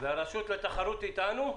הרשות לתחרות אתנו?